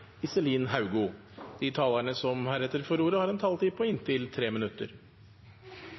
er omme. De talerne som heretter får ordet, har en taletid på inntil 3 minutter.